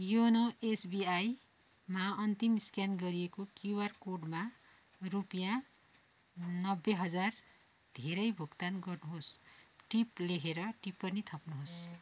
YONO एसबिआईमा अन्तिम scan गरिएको क्युआर कोडमा रुपियाँ नब्बे हजार धेरै भुक्तान गर्नुहोस् टिप लेखेर टिप्पणी थप्नुहोस्